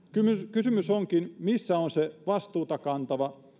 kysymys onkin missä on se vastuuta kantava